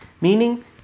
Meaning